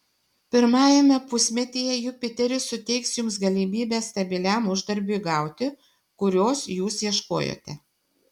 pirmajame pusmetyje jupiteris suteiks jums galimybę stabiliam uždarbiui gauti kurios jūs ieškojote